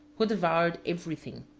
who devoured every thing,